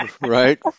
Right